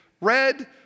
red